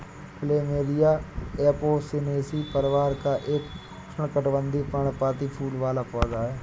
plumeria Apocynaceae परिवार का एक उष्णकटिबंधीय, पर्णपाती फूल वाला पौधा है